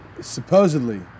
Supposedly